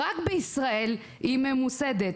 רק בישראל היא ממוסדת,